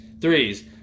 threes